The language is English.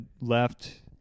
left